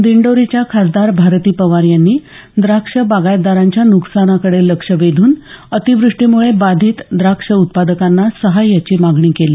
दिंडोरीच्या खासदार भारती पवार यांनी द्राक्ष बागायतदारांच्या नुकसानाकडे लक्ष वेधून अतिवृष्टीमुळे बाधित द्राक्ष उत्पादकांना सहाय्याची मागणी केली